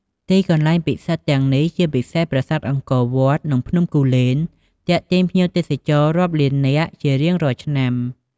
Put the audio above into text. ទីកន្លែងពិសិដ្ឋទាំងនេះ ជាពិសេសប្រាសាទអង្គរវត្ត និងភ្នំគូលែន ទាក់ទាញភ្ញៀវទេសចររាប់លាននាក់ជារៀងរាល់ឆ្នាំ។